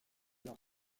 leur